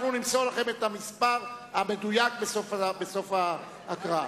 אנחנו נמסור לכם את המספר המדויק בסוף ההקראה.